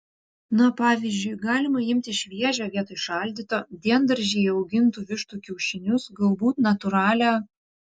na pavyzdžiui galima imti šviežią vietoj šaldyto diendaržyje augintų vištų kiaušinius galbūt natūralią